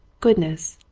goodness,